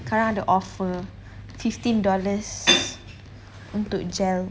sekarang ada offer fifteen dollars untuk gel